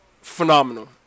phenomenal